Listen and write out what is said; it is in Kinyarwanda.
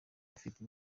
bafite